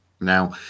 Now